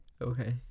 okay